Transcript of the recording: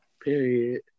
period